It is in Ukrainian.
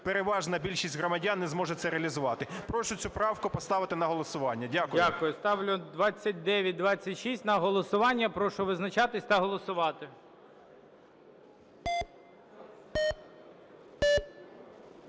переважна більшість громадян не зможе це реалізувати. Прошу цю правку поставити на голосування. Дякую. ГОЛОВУЮЧИЙ. Дякую. Ставлю 2926 на голосування. Прошу визначатися та голосувати.